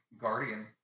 guardian